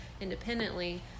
independently